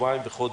שבועיים וחודש.